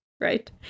Right